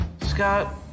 Scott